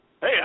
Hey